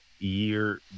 Year